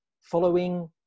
following